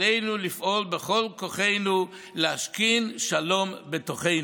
עלינו לפעול בכל כוחנו להשכין שלום בתוכנו.